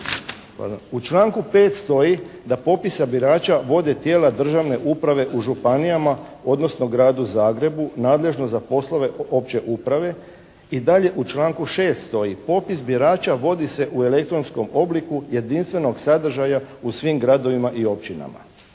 U članku 5. stoji da popise birača vode tijela državne uprave u županijama, odnosno Gradu Zagrebu, nadležno za poslove opće uprave. I dalje u članku 6. stoji popis birača vodi se u elektronskom obliku jedinstvenog sadržaja u svim gradovima i općinama.